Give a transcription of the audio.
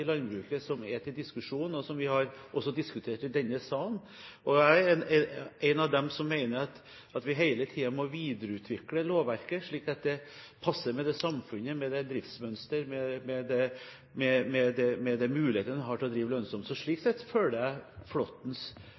i landbruket som er til diskusjon, og som vi også har diskutert i denne salen. Jeg er en av dem som mener at vi hele tiden må videreutvikle lovverket slik at det passer med samfunnet, med driftsmønster og de mulighetene man har til å drive lønnsomt. Så slik sett følger jeg representanten Flåttens